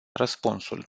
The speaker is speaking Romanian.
răspunsul